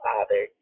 Father